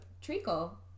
Treacle